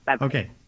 Okay